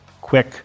quick